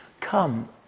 come